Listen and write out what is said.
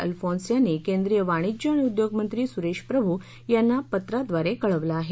Alphonse यांनी केंद्रीय वाणिज्य आणि उद्योग मंत्री सुरेश प्रभु यांना पत्राद्वारे कळविले आहे